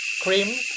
cream